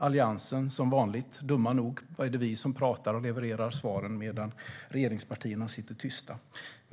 Alliansen var som vanligt dumma, för det är vi som pratar och levererar svaren medan regeringspartierna sitter tysta.